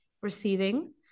receiving